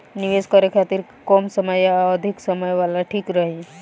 निवेश करें के खातिर कम या अधिक समय वाला ठीक रही?